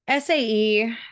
SAE